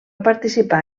participar